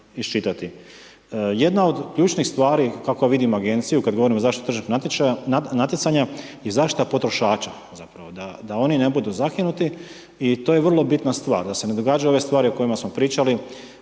Jedna od ključnih stvari, kako vidim agenciju, kada govorim o zaštitu tržišnih natjecanja i zaštita potrošača, zapravo da oni ne budu zakinuti i to je vrla bitna stvar, da se ne događaju ove stvari o kojima smo pričali